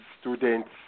students